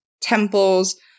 temples